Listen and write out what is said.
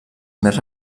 més